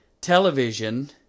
television